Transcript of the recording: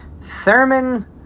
Thurman